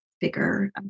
bigger